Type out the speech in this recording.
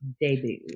debut